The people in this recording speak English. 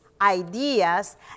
ideas